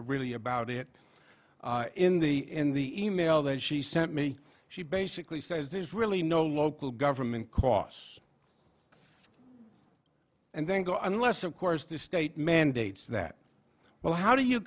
really about it in the in the e mail that she sent me she basically says there's really no local government costs and then go unless of course the state mandates that well how do you